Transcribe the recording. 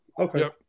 Okay